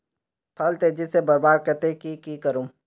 फल तेजी से बढ़वार केते की की करूम?